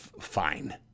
fine